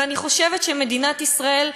ואני חושבת שמדינת ישראל,